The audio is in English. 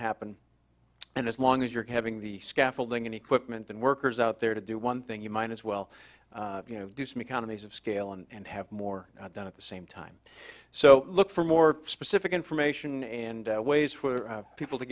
happen and as long as you're having the scaffolding and equipment and workers out there to do one thing you might as well you know do some economies of scale and have more done at the same time so look for more specific information and ways for people to